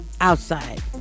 Outside